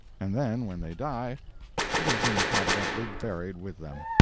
and then when they die it is improvidently buried with them.